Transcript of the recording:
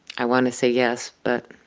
i want to say yes. but,